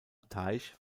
teich